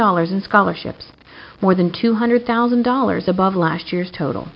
dollars in scholarships more than two hundred thousand dollars above last year's total